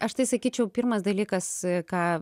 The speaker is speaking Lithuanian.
aš tai sakyčiau pirmas dalykas ką